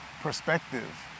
perspective